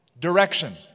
direction